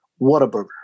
Whataburger